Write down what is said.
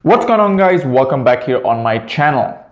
what's going on guys welcome back here on my channel.